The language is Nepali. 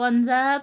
पन्जाब